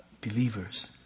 believers